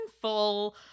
full